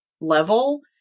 level